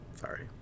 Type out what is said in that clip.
Sorry